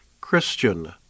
Christian